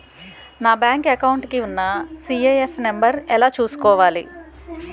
నా bank account కి ఉన్న సి.ఐ.ఎఫ్ నంబర్ ఎలా చూసుకోవాలి?